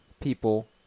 people